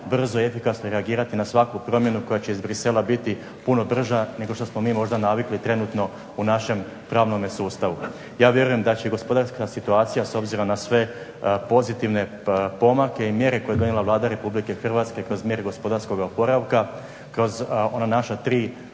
brzo i efikasno reagirati na svaku promjenu koja će iz Bruxellesa biti puno brža nego što smo mi možda navikli trenutno u našem pravnome sustavu. Ja vjerujem da će gospodarska situacija, s obzirom na sve pozitivne pomake i mjere koje je donijela Vlada Republike Hrvatske, kroz mjere gospodarskoga oporavka, kroz ona naša tri